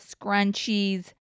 scrunchies